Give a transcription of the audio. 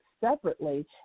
separately